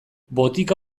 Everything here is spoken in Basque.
botika